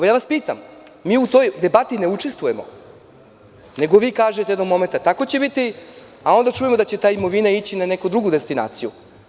Pitam vas, mi u toj debati ne učestvujemo, nego vi kažete jednog momenta – tako će biti, a onda čujemo da će ta imovina ići na neku drugu destinaciju.